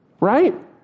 Right